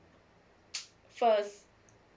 first